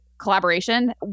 collaboration